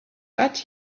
but